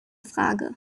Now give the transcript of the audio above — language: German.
frage